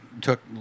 took